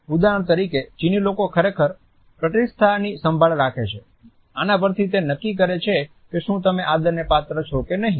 ઉદાહરણ તરીકે ચીની લોકો ખરેખર પ્રતિષ્ઠાની સંભાળ રાખે છે આના પરથી તે નક્કી કરે છે કે શું તમે આદરને પાત્ર છો કે નહીં